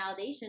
validation